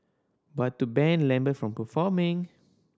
but to ban Lambert from performing